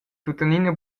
tuttenina